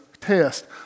test